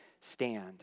stand